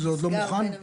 תקוע בין המשרדים.